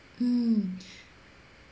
mm